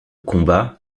combat